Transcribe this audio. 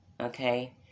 Okay